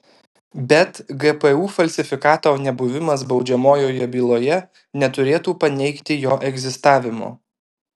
bet gpu falsifikato nebuvimas baudžiamojoje byloje neturėtų paneigti jo egzistavimo